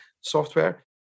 software